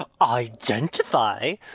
identify